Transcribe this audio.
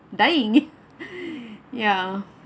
dying ya